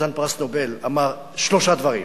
חתן פרס נובל, אמר, שלושה דברים: